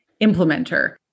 implementer